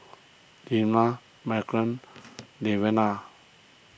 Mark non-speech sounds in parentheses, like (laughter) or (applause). Lilah Maren (noise) Lavada